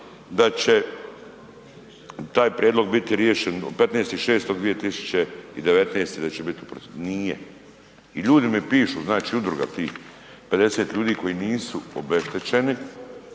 da će taj prijedlog biti riješen 15.6. 2019. da će bit u proceduri, nije i ljudi mi pišu, znači udruga tih 50 ljudi koji nisu obeštećeni,